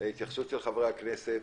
להתייחסות של חברי הכנסת.